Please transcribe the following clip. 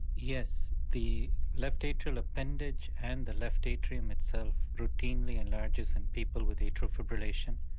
yes, the left atrial appendage and the left atrium itself routinely enlarges in people with atrial fibrillation.